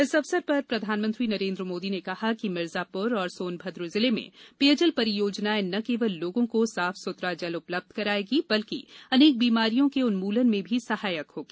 इस अवसर पर प्रधानमंत्री नरेन्द्र मोदी ने कहा कि मिर्जापुर और सोनभद्र जिले में पेयजल परियोजनाएं न केवल लोगों को साफ सुथरा जल उपलब्ध कराएगी बल्कि अनेक बीमारियों के उन्मूलन में भी सहायक होगी